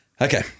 Okay